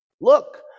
Look